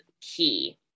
key